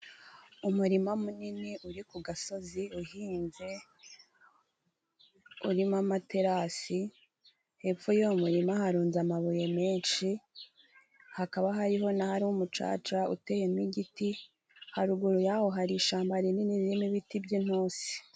Umurima munini uri ku gasozi uhinze urimo amaterasi, hepfo y'uwo murima harunze amabuye menshi, hakaba hariho n'ahari umucaca uteyemo igiti, haruguru yaho hari ishamba rinini ririmo ibiti by'intusi.